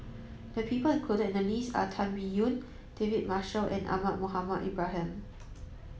the people included in the list are Tan Biyun David Marshall and Ahmad Mohamed Ibrahim